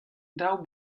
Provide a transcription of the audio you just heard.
daou